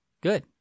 good